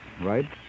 right